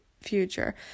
future